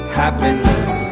happiness